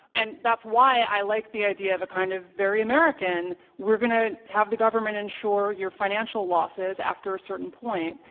and that's why i like the idea of a kind of very american we're going to have the government insure your financial losses after a certain point,